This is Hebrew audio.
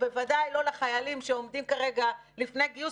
ובוודאי לא לחיילים שעומדים כרגע לפני גיוס,